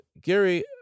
Gary